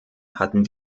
hatten